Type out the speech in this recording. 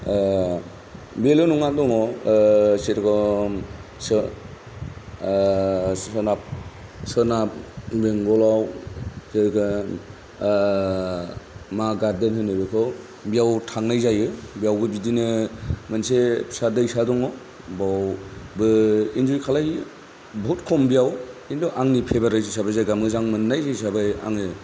बेल' नङा दङ जेरखम सो सोनाब सोनाब बेंगलाव जेरखम मा गार्डेन होनो बेखौ बेयाव थांनाय जायो बेयावबो बिदिनो मोनसे फिसा दैसा दङ बावबो एन्जय खालायो बहुथ खम बेयाव खिन्थु आंनि फेभारेट हिसाबै जायगा मोजां मोननाय हिसाबै आङो